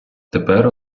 тепер